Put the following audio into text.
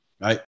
Right